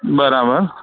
બરાબર